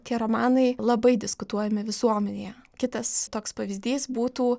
tie romanai labai diskutuojami visuomenėje kitas toks pavyzdys būtų